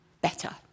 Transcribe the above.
better